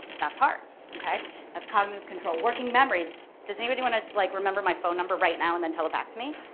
that's hard okay that's cognitive control. working memory does anybody want to like remember my phone number right now and then tell it back to me?